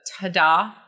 ta-da